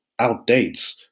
outdates